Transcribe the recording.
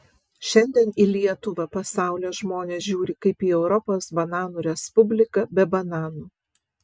šiandien į lietuvą pasaulio žmonės žiūri kaip į europos bananų respubliką be bananų